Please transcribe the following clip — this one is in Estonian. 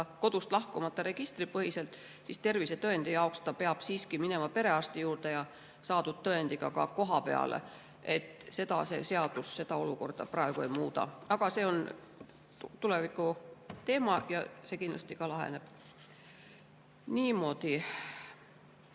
kodust lahkumata, registripõhiselt, siis tervisetõendi jaoks peab ta siiski minema perearsti juurde ja saadud tõendiga ka koha peale. See seadus seda olukorda praegu ei muuda, aga see on tulevikuteema ja see kindlasti laheneb. Niimoodi.